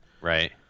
Right